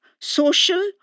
social